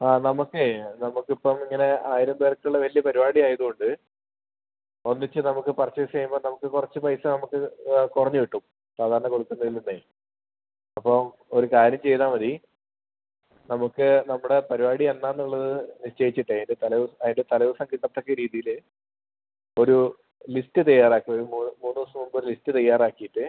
അ നമുക്കെ നമുക്ക് ഇപ്പോൾ ഇങ്ങനെ ആയിരം പേർക്കുള്ള വലിയ പരുപാടി ആയതുകൊണ്ട് ഒന്നിച്ച് നമുക്ക് പർച്ചേയ്സ് ചെയ്യുമ്പോൾ നമുക്ക് കുറച്ച് പൈസ നമുക്ക് കുറഞ്ഞ് കിട്ടും സാധരണ കൊടുക്കുന്നതിൽ നിന്നേയ് അപ്പോൾ ഒരു കാര്യം ചെയ്താൽ മതി നമുക്ക് നമ്മുടെ പരുപാടി എന്നാണ് ഉള്ളത് നിശ്ചയിച്ചിട്ട് അതിൻ്റെ അതിൻ്റെ തലേദിവസം കിട്ടത്തക്ക രീതിയിൽ ഒരു ലിസ്റ്റ് തയ്യാറാക്ക് മൂന്ന് ദിവസം മുൻപ് ഒരു ലിസ്റ്റ് തയ്യാറാക്കിയിട്ട്